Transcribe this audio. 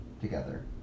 together